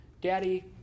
Daddy